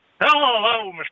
Hello